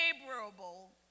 favorable